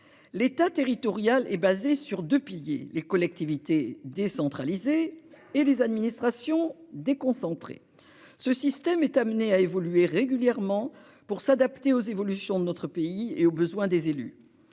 L'État territorial est basée sur 2 piliers les collectivités décentralisées et des administrations déconcentrées. Ce système est amené à évoluer régulièrement pour s'adapter aux évolutions de notre pays et aux besoin des élus.